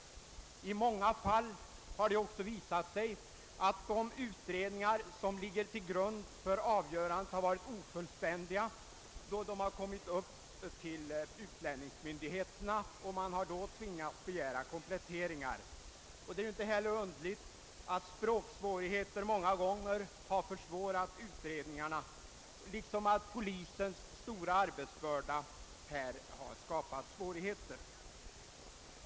I många fall har det också visat sig att de utredningar som ligger till grund för avgörandet har varit ofullständiga när handlingarna kommit till utlänningsmyndigheten, och då har man där tvingats begära kompletteringar. Det är inte heller underligt om språksvårigheter många gånger har komplicerat utredningarna. Polisens stora arbetsbörda skapar likaledes svårigheter.